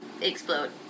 explode